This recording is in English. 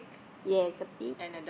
yes a bit